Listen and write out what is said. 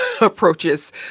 approaches